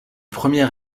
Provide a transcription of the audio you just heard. premier